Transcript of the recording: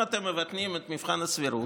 אם אתם מבטלים את מבחן הסבירות,